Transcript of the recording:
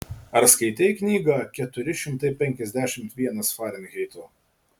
ar skaitei knygą keturi šimtai penkiasdešimt vienas farenheito